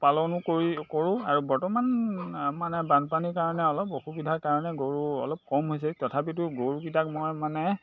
পালনো কৰি কৰোঁ আৰু বৰ্তমান মানে বানপানীৰ কাৰণে অলপ অসুবিধাৰ কাৰণে গৰু অলপ কম হৈছে তথাপিতো গৰুকেইটাক মই মানে